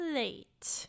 late